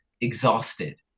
exhausted